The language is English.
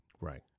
Right